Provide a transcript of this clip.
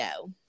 go